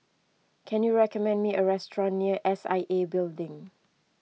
can you recommend me a restaurant near S I A Building